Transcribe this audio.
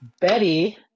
Betty